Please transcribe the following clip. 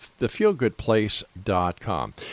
thefeelgoodplace.com